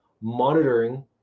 monitoring